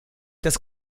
das